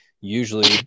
Usually